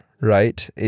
right